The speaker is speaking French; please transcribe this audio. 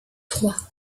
trois